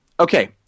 Okay